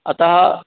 अतः